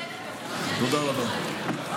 בסדר גמור.